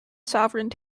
sovereign